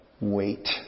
wait